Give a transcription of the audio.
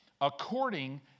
according